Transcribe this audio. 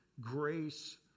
Grace